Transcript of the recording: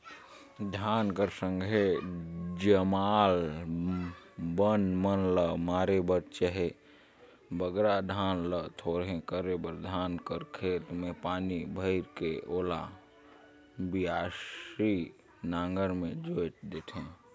धान कर संघे जामल बन मन ल मारे बर चहे बगरा धान ल थोरहे करे बर धान कर खेत मे पानी भइर के ओला बियासी नांगर मे जोएत देथे